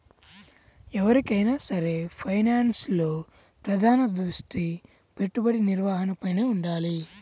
ఎవరికైనా సరే ఫైనాన్స్లో ప్రధాన దృష్టి పెట్టుబడి నిర్వహణపైనే వుండాలి